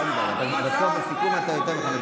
אולי האסון שפקד את היהודים והאחרים לא היה